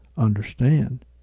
Understand